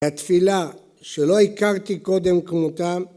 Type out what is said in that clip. התפילה שלא הכרתי קודם כמותם